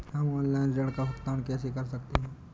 हम ऑनलाइन ऋण का भुगतान कैसे कर सकते हैं?